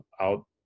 out